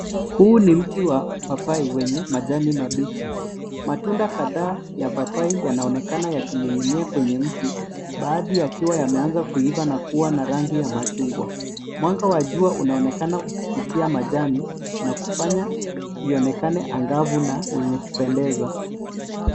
Huu ni mti wa papai wenye majani mabichi. Matunda kadhaa ya papai yanaonekana yaki ning'inia kwenye mti, baadhi yakiwa yameanza kuiva na kua na rangi ya machungwa. Mwanga wa jua unaonekana ukipitia majani, na kufanya ionekane angavu na yenye kupendeza.